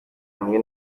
hamwe